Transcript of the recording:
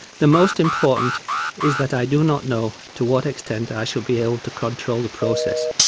the most important is that i do not know to what extent i shall be able to control the process,